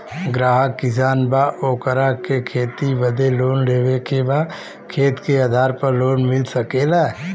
ग्राहक किसान बा ओकरा के खेती बदे लोन लेवे के बा खेत के आधार पर लोन मिल सके ला?